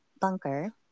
bunker